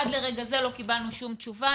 עד לרגע זה לא קיבלנו שום תשובה.